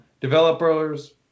developers